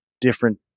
different